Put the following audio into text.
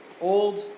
old